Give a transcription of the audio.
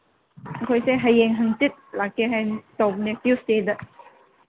ꯑꯩꯈꯣꯏꯁꯦ ꯍꯌꯦꯡ ꯍꯪꯆꯤꯠ ꯂꯥꯛꯀꯦ ꯍꯥꯏꯅ ꯇꯧꯕꯅꯦ ꯇ꯭ꯌꯨꯁꯗꯦꯗ